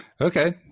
Okay